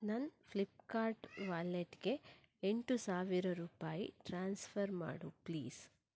ನನ್ನ ಫ್ಲಿಪ್ಕಾರ್ಟ್ ವಾಲೆಟ್ಗೆ ಎಂಟು ಸಾವಿರ ರೂಪಾಯಿ ಟ್ರಾನ್ಸ್ಫರ್ ಮಾಡು ಪ್ಲೀಸ್